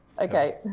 Okay